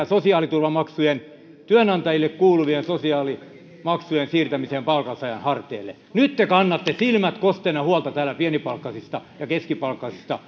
sosiaaliturvamaksujen työnantajille kuuluvien sosiaalimaksujen siirtäminen mittavasti palkansaajien harteille nyt te kannatte silmät kosteina huolta täällä pienipalkkaisista ja keskipalkkaisista